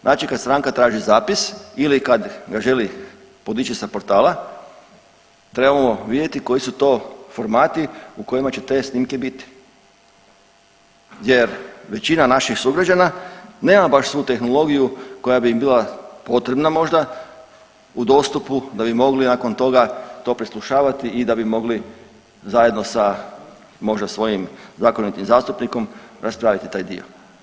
Znači kad stranka traži zapis ili kad ga želi podići sa portala trebamo vidjeti koji su to formati u kojima će te snimke biti jer većina naših sugrađana nema baš svu tehnologiju koja bi im bila potrebna možda u dostupu da bi mogli nakon toga to preslušavati i da bi mogli zajedno sa možda svojim zakonitim zastupnikom raspraviti taj dio.